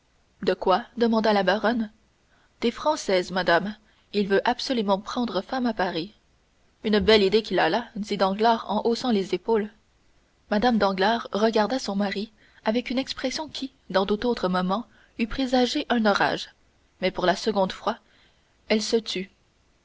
de quoi demanda la baronne des françaises madame il veut absolument prendre femme à paris une belle idée qu'il a là dit danglars en haussant les épaules mme danglars regarda son mari avec une expression qui dans tout autre moment eût présagé un orage mais pour la seconde fois elle se tut